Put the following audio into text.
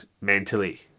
mentally